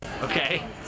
Okay